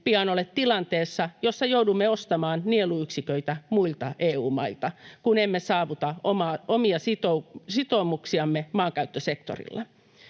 pian ole tilanteessa, jossa joudumme ostamaan nieluyksiköitä muilta EU-maita, kun emme saavuta omia sitoumuksiamme maankäyttösektorilla.